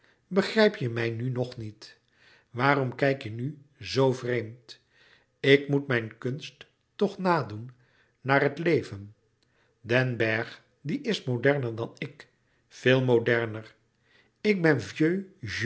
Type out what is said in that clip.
begrijp je mij nu nog niet louis couperus metamorfoze waarom kijk je nu zoo vreemd ik moet mijn kunst toch nadoen naar het leven den bergh die is moderner dan ik veel moderner ik ben